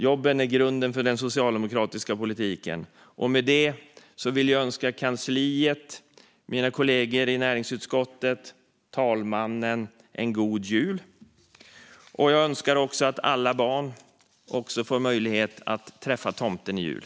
Jobben är grunden för den socialdemokratiska politiken. Med detta vill jag önska kansliet, mina kollegor i näringsutskottet och talmannen en god jul. Jag önskar också att alla barn får möjlighet att träffa tomten i jul.